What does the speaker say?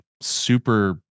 super